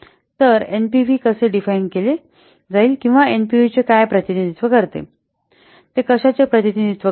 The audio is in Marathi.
तर एनपीव्ही कसे डिफाईन करेल किंवा या एनव्हीपीचे काय प्रतिनिधित्व करते ते कशाचे प्रतिनिधित्व करते